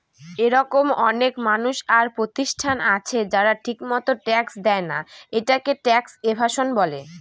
এরকম অনেক মানুষ আর প্রতিষ্ঠান আছে যারা ঠিকমত ট্যাক্স দেয়না, এটাকে ট্যাক্স এভাসন বলে